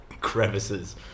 crevices